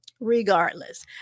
Regardless